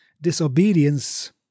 disobedience